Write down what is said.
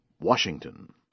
Washington